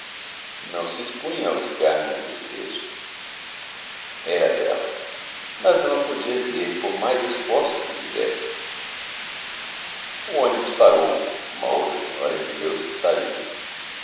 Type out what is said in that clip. não se expunha ao escárnio e ao desprezo era bela mas não a podia ver por mais esforços que fizesse o ônibus parou uma outra senhora ergueu-se e saiu